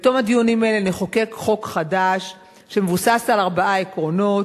בתום הדיונים האלה נחוקק חוק חדש שמבוסס על ארבעה עקרונות: